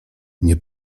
nie